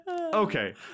Okay